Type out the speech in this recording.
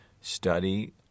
Study